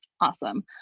awesome